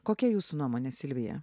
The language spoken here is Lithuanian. kokia jūsų nuomone silvija